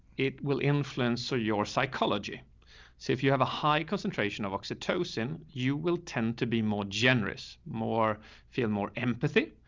it will influence or your psychology. so if you have a high concentration of oxytocin, you will tend to be more generous, more feel more empathy,